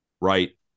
right